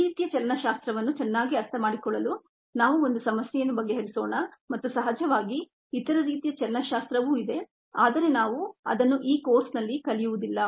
ಈ ರೀತಿಯ ಚಲನಶಾಸ್ತ್ರವನ್ನು ಚೆನ್ನಾಗಿ ಅರ್ಥಮಾಡಿಕೊಳ್ಳಲು ನಾವು ಒಂದು ಸಮಸ್ಯೆಯನ್ನು ಬಗೆಹರಿಸೋಣ ಮತ್ತು ಸಹಜವಾಗಿ ಇತರ ರೀತಿಯ ಚಲನಶಾಸ್ತ್ರವೂ ಇದೆ ಆದರೆ ನಾವು ಅದನ್ನು ಈ ಕೋರ್ಸ್ನಲ್ಲಿ ಕಲಿಯುವುದಿಲ್ಲ